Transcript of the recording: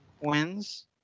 wins